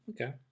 Okay